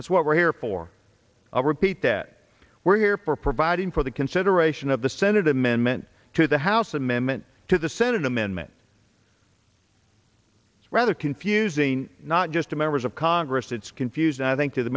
that's what we're here for a repeat that we're here for providing for the consideration of the senate amendment to the house amendment to the senate amendment rather confusing not just to members of congress it's confusing i think to the